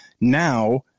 Now